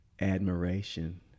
admiration